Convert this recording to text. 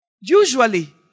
Usually